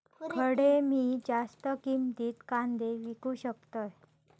खडे मी जास्त किमतीत कांदे विकू शकतय?